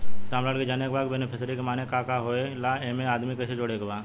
रामलाल के जाने के बा की बेनिफिसरी के माने का का होए ला एमे आदमी कैसे जोड़े के बा?